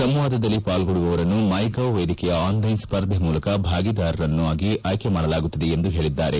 ಸಂವಾದದಲ್ಲಿ ಪಾಲ್ಗೊಳ್ಳುವವರನ್ನು MyGov ವೇದಿಕೆಯ ಆನ್ಲೈನ್ ಸ್ಪರ್ಧೆ ಮೂಲಕ ಭಾಗಿದಾರರನ್ನು ಆಯ್ಕೆ ಮಾಡಲಾಗುತ್ತದೆ ಎಂದು ಹೇಳಿದ್ದಾರೆ